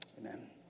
amen